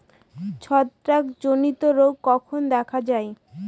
ছত্রাক জনিত রোগ কখন দেখা য়ায়?